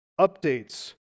updates